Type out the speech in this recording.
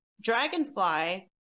dragonfly